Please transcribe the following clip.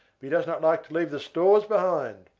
he does not like to leave the stores behind.